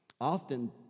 Often